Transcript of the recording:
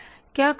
क्या कारण है